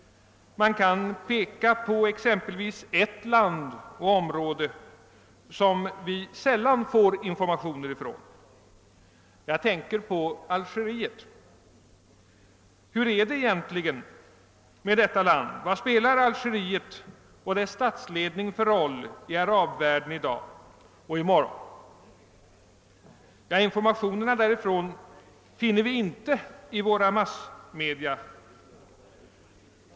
Man kan exempelvis peka på ett område som vi sällan får informationer om. Jag tänker på Algeriet. Hur är det egentligen med detta land? Vad spelar Algeriet och dess statsledning för roll i arabvärlden i dag och i morgon? Informationer därifrån finner vi inte i våra massmedia.